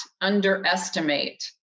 underestimate